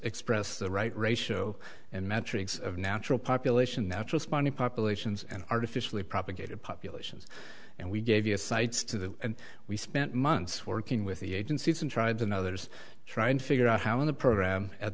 express the right ratio and metrics of natural population natural spawning populations and artificially propagated populations and we gave you a cites to that and we spent months working with the agencies and tribes and others trying to figure out how in the program at